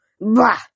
Bah